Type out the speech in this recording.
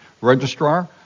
registrar